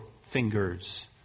fingers